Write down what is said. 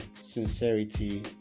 sincerity